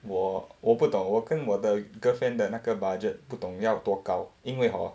我我不懂我跟我的 girlfriend 的那个 budget 不懂要多高因为 hor